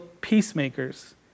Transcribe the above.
peacemakers